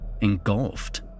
engulfed